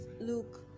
look